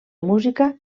música